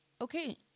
Okay